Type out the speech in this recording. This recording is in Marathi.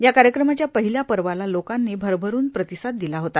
या कार्यक्रमाच्या पहिल्या पर्वाला लोकांनी भरभरून प्रतिसाद दिला होता